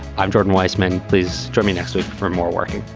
i'm jordan weisman. please join me next week for more working